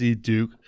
Duke